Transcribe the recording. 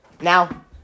Now